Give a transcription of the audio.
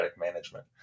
management